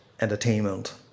entertainment